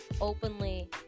openly